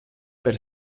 per